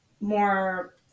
more